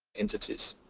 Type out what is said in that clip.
entities.